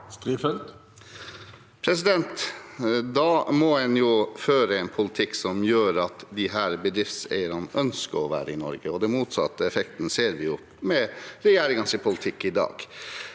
Da må man føre en politikk som gjør at disse bedriftseierne ønsker å være i Norge, og den motsatte effekten ser vi jo med regjeringens politikk i dag.